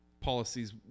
policies